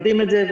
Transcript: יודעים את זה,